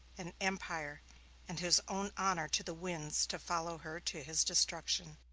an empire and his own honor to the winds to follow her to his destruction.